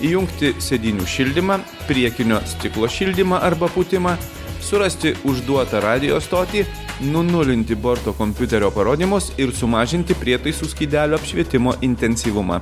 įjungti sėdynių šildymą priekinio stiklo šildymą arba pūtimą surasti užduotą radijo stotį nunulinti borto kompiuterio parodymus ir sumažinti prietaisų skydelio apšvietimo intensyvumą